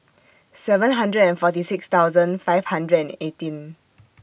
seven hundred and forty six thousand five hundred and eighteen